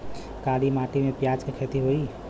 काली माटी में प्याज के खेती होई?